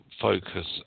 focus